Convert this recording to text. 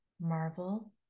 marvel